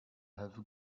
have